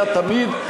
היה תמיד,